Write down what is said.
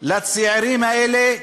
לצעירים האלה,